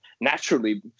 naturally